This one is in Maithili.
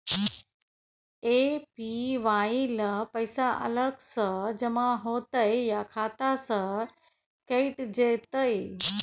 ए.पी.वाई ल पैसा अलग स जमा होतै या खाता स कैट जेतै?